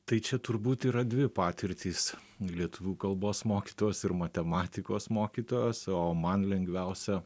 tai čia turbūt yra dvi patirtys lietuvių kalbos mokytojos ir matematikos mokytojos o man lengviausia